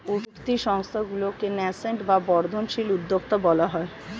উঠতি সংস্থাগুলিকে ন্যাসেন্ট বা বর্ধনশীল উদ্যোক্তা বলা হয়